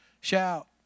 shout